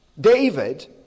David